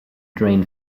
drain